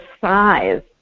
size